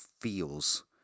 feels